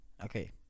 Okay